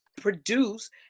produce